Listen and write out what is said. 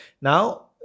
Now